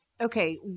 Okay